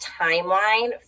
timeline